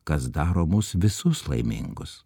kas daro mus visus laimingus